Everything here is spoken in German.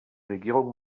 regierung